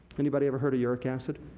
anybody every heard of uric acid?